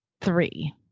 three